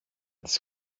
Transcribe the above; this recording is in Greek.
τις